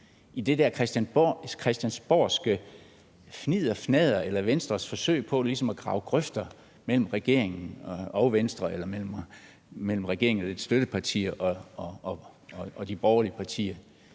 i det der christiansborgske fnidderfnadder eller Venstres forsøg på ligesom at grave grøfter mellem regeringen og Venstre eller mellem regeringen samt dets støttepartier og de borgerlige partier.